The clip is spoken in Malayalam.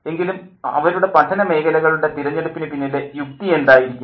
എങ്കിലും അവരുടെ പഠന മേഖലകളുടെ തിരഞ്ഞെടുപ്പിനു പിന്നിലെ യുക്തി എന്തായിരിക്കും